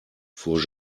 fuhr